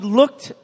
looked